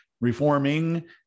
reforming